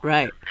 Right